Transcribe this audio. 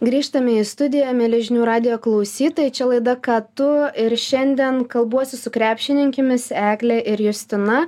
grįžtame į studiją mieli žinių radijo klausytojai čia laida ką tu ir šiandien kalbuosi su krepšininkėmis eglė ir justina